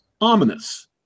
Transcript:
ominous